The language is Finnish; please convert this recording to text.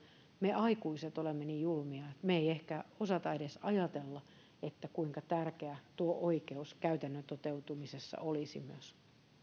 me aikuiset olemme niin julmia että emme ehkä osaa edes ajatella kuinka tärkeä tuo oikeus käytännön toteutumisessa olisi myös